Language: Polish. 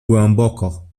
głęboko